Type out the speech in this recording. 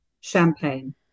Champagne